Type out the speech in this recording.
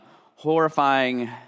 horrifying